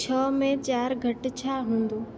छ्ह में चारि घटि छा हूंदो